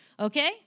Okay